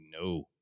no